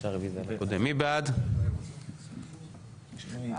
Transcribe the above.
הצבעה בעד,